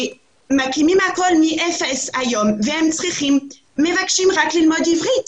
שמקימים הכול מאפס היום והם מבקשים רק ללמוד עברית.